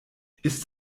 ist